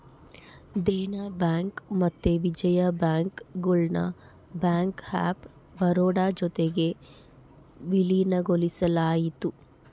Dena bank ಮತ್ತೆ Vijaya bank ಗುಳ್ನ bank of Baroda ಜೊತಿಗೆ ವಿಲೀನಗೊಳಿಸಲಾಯಿತು